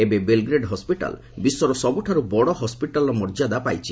ଏବେ Belgrade hospital ବିଶ୍ୱର ସବୁଠାରୁ ବଡ଼ ହସ୍କିଟାଲ୍ର ମର୍ଯ୍ୟାଦା ପାଇଛି